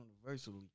universally